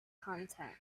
content